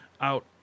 Out